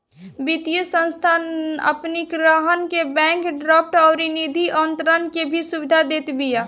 वित्तीय संस्थान अपनी ग्राहकन के बैंक ड्राफ्ट अउरी निधि अंतरण के भी सुविधा देत बिया